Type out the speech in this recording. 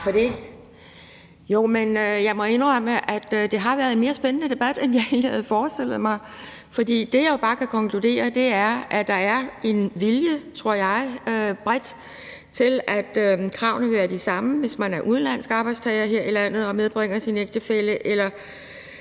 Jeg må indrømme, at det har været en mere spændende debat, end jeg egentlig havde forestillet mig. For det, jeg bare kan konkludere, er, at der bredt er en vilje, tror jeg, til at sige, at kravene vil være de samme, hvis man er udenlandsk arbejdstager her i landet og medbringer sin ægtefælle,